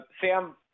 Sam